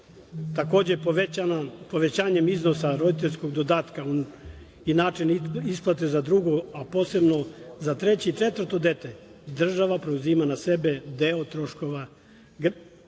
Takođe, povećanjem iznosa roditeljskog dodatka i načina isplate za drugo, a posebno za treće i četvrto dete, država preuzima na sebe deo troškova